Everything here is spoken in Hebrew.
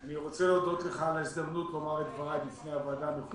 אני רוצה להודות לך על ההזדמנות לומר את דבריי בפני הוועדה המכובדת.